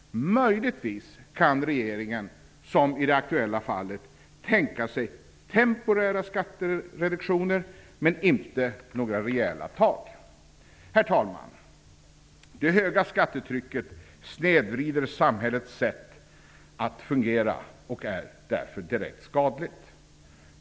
Möjligtvis kan regeringen, som i det aktuella fallet, tänka sig temporära skattereduktioner men inte några rejäla tag. Herr talman! Det höga skattetrycket snedvrider samhällets sätt att fungera och är därför direkt skadligt.